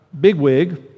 bigwig